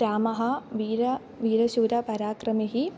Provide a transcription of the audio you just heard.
रामः वीरः वीरशूरपराक्रमी